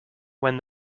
when